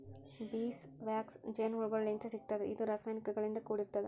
bees wax ಜೇನಹುಳಗೋಳಿಂತ್ ಸಿಗ್ತದ್ ಇದು ರಾಸಾಯನಿಕ್ ಗಳಿಂದ್ ಕೂಡಿರ್ತದ